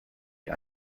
die